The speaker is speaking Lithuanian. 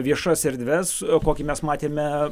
viešas erdves kokį mes matėme